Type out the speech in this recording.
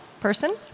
person